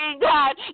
god